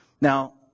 Now